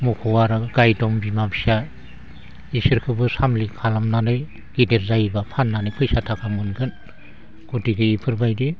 मोखौ आरो गाय दं बिमा फिसा इसोरखोबो सामलायनानै गिदिर जायोब्ला फाननानै फैसा थाखा मोनगोन गतिके इफोरबायदि